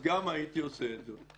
גם הייתי עושה את זה.